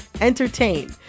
entertain